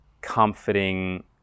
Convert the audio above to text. comforting